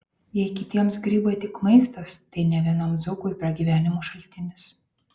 jei kitiems grybai tik maistas tai ne vienam dzūkui pragyvenimo šaltinis